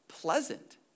Pleasant